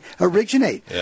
originate